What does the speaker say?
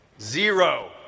Zero